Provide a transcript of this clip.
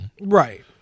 Right